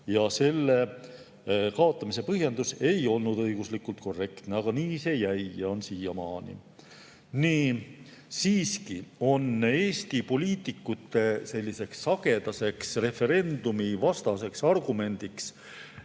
ja selle kaotamise põhjendus ei olnud õiguslikult korrektne. Aga nii see jäi ja on siiamaani. Nii. Siiski on Eesti poliitikute sagedaseks referendumivastaseks argumendiks